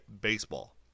baseball